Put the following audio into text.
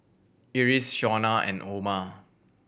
Iris Shawnna and Oma